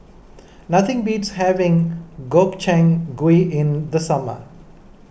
nothing beats having Gobchang Gui in the summer